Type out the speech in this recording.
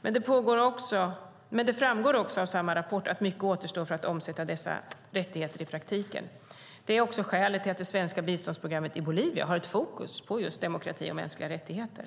Men det framgår också av samma rapport att mycket återstår för att omsätta dessa rättigheter i praktiken. Det är också skälet till att det svenska biståndsprogrammet i Bolivia har fokus på just demokrati och mänskliga rättigheter.